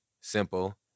simple